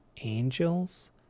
angels